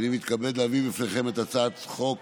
הינני מתכבד להביא בפניכם את הצעת חוק